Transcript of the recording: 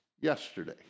yesterday